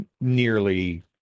nearly